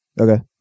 Okay